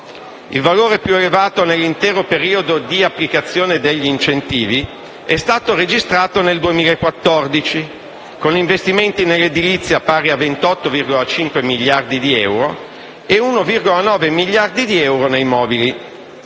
Il valore più elevato nell'intero periodo di applicazione degli incentivi è stato registrato nel 2014, con investimenti nell'edilizia pari a 28,5 miliardi di euro e 1,9 miliardi di euro nei mobili.